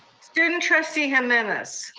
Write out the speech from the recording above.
student trustee jimenez.